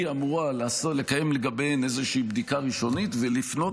היא אמורה לקיים לגביהן איזושהי בדיקה ראשונית ולפנות